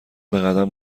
بقدم